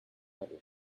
better